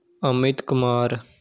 Amit Kumar